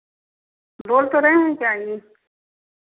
बोल तो रहे हैं चाहिए